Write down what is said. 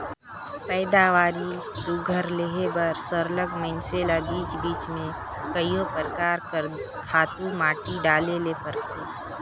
पएदावारी सुग्घर लेहे बर सरलग मइनसे ल बीच बीच में कइयो परकार कर खातू माटी डाले ले परथे